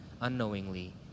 unknowingly